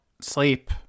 sleep